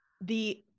the-